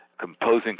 composing